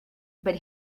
but